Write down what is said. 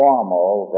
formal